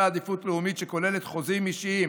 עדיפות לאומית שכוללת חוזים אישיים